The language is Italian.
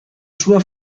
sua